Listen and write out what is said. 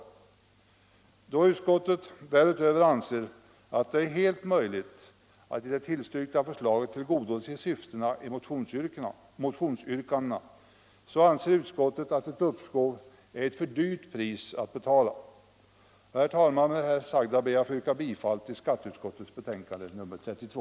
29 maj 1975 Då utskottet därutöver anser att det är helt möjligt att i det tillstyrkta förslaget tillgodose syftena i motionsyrkandena, anser utskottet att ett — Nytt system för uppskov är ett för dyrt pris att betala. ADB inom Herr talman! Med det sagda ber jag att få yrka bifall till utskottets = folkbokföringsoch hemställan.